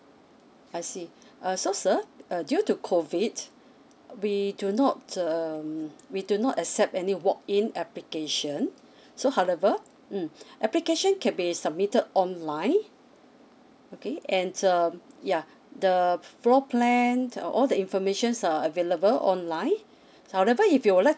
mm I see uh so sir uh due to COVID we do not um we do not accept any walk in application so however mm application can be submitted online okay and um ya the floor plan all the information are available online however if you would like